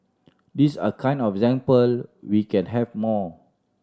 these are kind of example we can have more